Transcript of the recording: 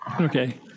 Okay